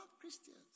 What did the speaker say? Christians